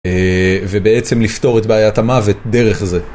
ובעצם לפתור את בעיית המוות דרך זה.